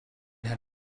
had